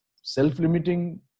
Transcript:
self-limiting